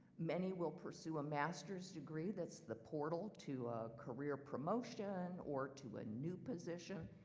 many will pursue a master's degree, that's the portal to a career promotion or to a new position.